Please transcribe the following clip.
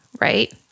right